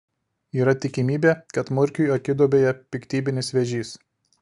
yra tikimybė kad murkiui akiduobėje piktybinis vėžys